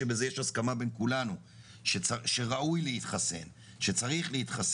יש אנשים שפשוט לא יכולים להתחסן והם לא צריכים להיפגע.